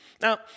Now